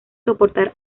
soportar